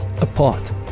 apart